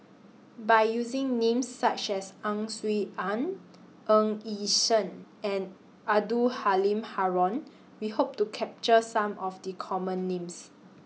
By using Names such as Ang Swee Aun Ng Yi Sheng and Abdul Halim Haron We Hope to capture Some of The Common Names